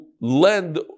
lend